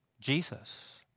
Jesus